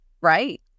Right